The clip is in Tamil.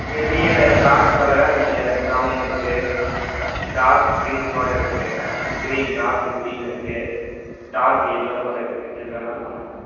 வெளியே டார்க் கலராக நீங்கள் ப்ரவுன் இருக்குது டார்க் பிங்க்கு கூட இருக்குது க்ரீன் டார்க் க்ரீன் இருக்குது டார்க் எல்லோ கூட இருக்குது எது வேணாலும் பண்ணலாங்க